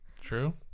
true